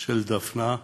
של דפנה,